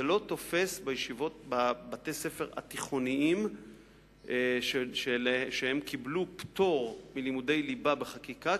זה לא תופס בבתי-הספר התיכוניים שקיבלו פטור מלימודי ליבה בחקיקה,